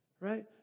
Right